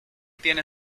tiene